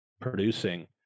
producing